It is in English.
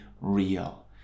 real